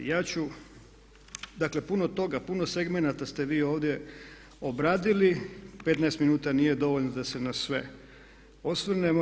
Dakle puno toga, puno segmenata ste vi ovdje obradili, 15 minuta nije dovoljno da se na sve osvrnemo.